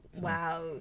wow